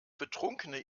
betrunkene